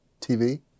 TV